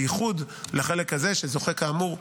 בייחוד לחלק הזה שזוכה כאמור,